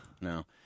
No